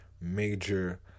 major